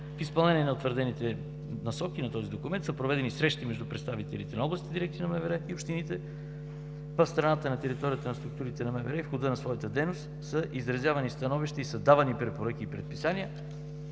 В изпълнение на утвърдените насоки на този документ са проведени срещи между представителите на областните дирекции на МВР и общините. В страната на територията на структурите на МВР в хода на своята дейност са изразявани становища и са давани препоръки и предписания